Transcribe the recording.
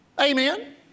Amen